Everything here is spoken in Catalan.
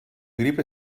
grip